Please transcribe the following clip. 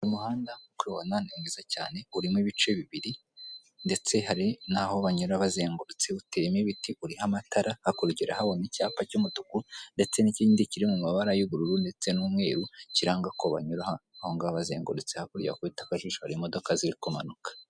Umuhanda nk'uko uwubona ni mwiza cyane, urimo ibice bibiri ndetse hari n'aho banyura bazengurutse. Uteyemo ibiti, uriho amatara hakurya urahabona icyapa cy'umutuku ndetse n'ikindi kiri mu mabara y'ubururu ndetse n'umweru kiranga ko banyura aho ngaho bazengurutse. Hakurya kubita akajisho hari imodoka ziri kumanuka.